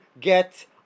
get